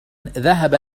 ذهب